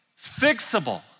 fixable